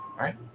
right